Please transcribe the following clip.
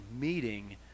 meeting